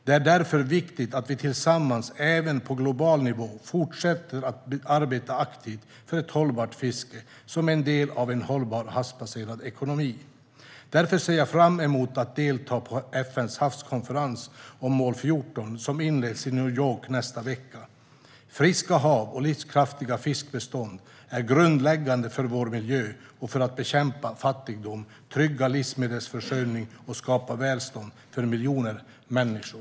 Det är därför viktigt att vi tillsammans även på global nivå fortsätter att arbeta aktivt för ett hållbart fiske som en del av en hållbar, havsbaserad ekonomi. Därför ser jag fram emot att delta på FN:s havskonferens om mål 14 som inleds i New York nästa vecka. Friska hav och livskraftiga fiskbestånd är grundläggande för vår miljö och för att bekämpa fattigdom, trygga livsmedelsförsörjning och skapa välstånd för miljoner människor.